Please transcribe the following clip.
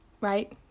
Right